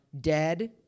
dead